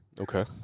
Okay